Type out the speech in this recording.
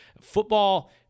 Football